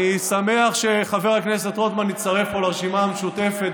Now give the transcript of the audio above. אני שמח שחבר הכנסת רוטמן הצטרף פה לרשימה המשותפת